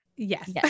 Yes